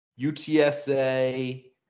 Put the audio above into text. UTSA